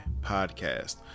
podcast